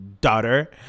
daughter